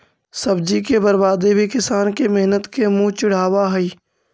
सब्जी के बर्बादी भी किसान के मेहनत के मुँह चिढ़ावऽ हइ